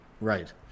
Right